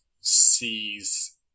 sees